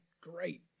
Great